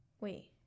wait